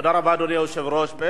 תודה רבה, אדוני היושב-ראש.